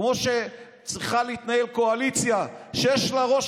כמו שצריכה להתנהל קואליציה שיש לה ראש